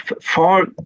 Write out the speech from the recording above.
far